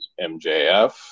MJF